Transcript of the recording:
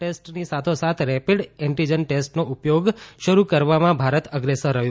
ટેસ્ટની સાથોસાથ rapid antigen ટેસ્ટનો ઉપયોગ શરૂ કરવામાં ભારત અગ્રેસર રહ્યું